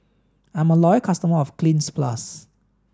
I'm a loyal customer of Cleanz plus